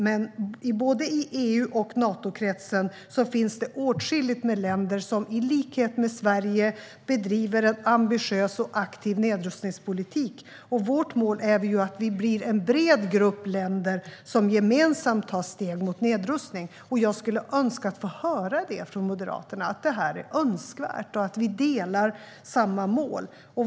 Men i både EU och Natokretsen finns det åtskilliga länder som i likhet med Sverige bedriver en ambitiös och aktiv nedrustningspolitik. Vårt mål är att vi blir en bred grupp länder som gemensamt tar steg mot nedrustning. Jag skulle önska att få höra från Moderaterna att det är önskvärt och att vi delar samma mål.